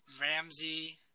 Ramsey